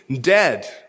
dead